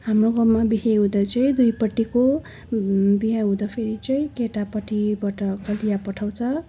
हाम्रो गाउँमा बिहे हुँदा चाहिँ दुईपट्टिको बिहा हुँदाखेरि चाहिँ केटापट्टिबाट पठाउँछ